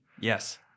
Yes